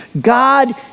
God